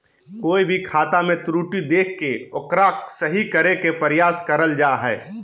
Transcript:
कोय भी खाता मे त्रुटि देख के ओकरा सही करे के प्रयास करल जा हय